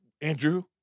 Andrew